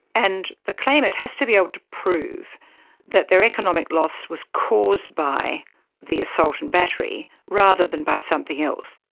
and the claimant has to be able to prove that their economic loss was caused by the assault and battery rather than by something else.